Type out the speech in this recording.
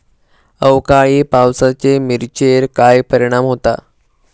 अवकाळी पावसाचे मिरचेर काय परिणाम होता?